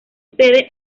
sede